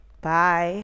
bye